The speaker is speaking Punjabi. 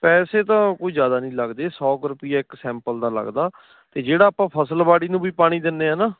ਪੈਸੇ ਤਾਂ ਕੋਈ ਜਿਆਦਾ ਨਹੀਂ ਲੱਗਦੇ ਸੌ ਕੁ ਰੁਪਏ ਇੱਕ ਸੈਂਪਲ ਦਾ ਲੱਗਦਾ ਅਤੇ ਜਿਹੜਾ ਆਪਾਂ ਫਸਲਵਾੜੀ ਨੂੰ ਵੀ ਪਾਣੀ ਦਿੰਦੇ ਹਾਂ ਨਾ